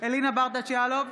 אלינה ברדץ' יאלוב,